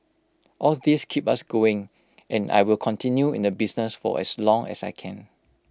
all these keep us going and I will continue in the business for as long as I can